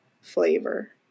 flavor